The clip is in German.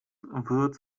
wird